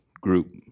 group